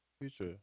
Future